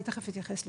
אני תכף אתייחס לזה.